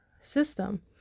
system